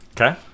Okay